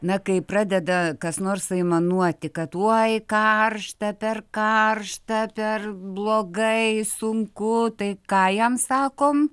na kai pradeda kas nors aimanuoti kad uoj karšta per karšta per blogai sunku tai ką jam sakom